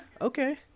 okay